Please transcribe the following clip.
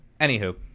Anywho